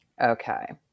Okay